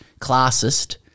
classist